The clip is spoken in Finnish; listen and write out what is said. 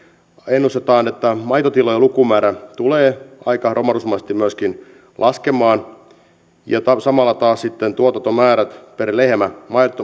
ennustetaan että maitotilojen lukumäärä tulee myöskin aika romahdusmaisesti laskemaan ja samalla taas sitten maidon tuotantomäärät per lehmä